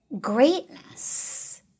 Greatness